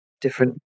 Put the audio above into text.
different